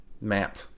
Map